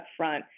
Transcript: upfront